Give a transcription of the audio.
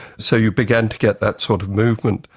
so you began to get that sort of movement.